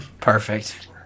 Perfect